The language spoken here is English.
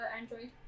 Android